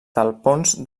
talpons